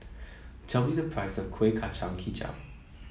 tell me the price of Kuih Kacang hijau